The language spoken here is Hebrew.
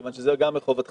מכיוון שזה גם מחובתך,